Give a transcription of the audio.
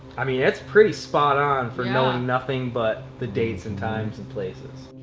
i mean it's pretty spot on for knowing nothing but the dates, and times, and places.